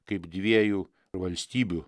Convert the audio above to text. kaip dviejų valstybių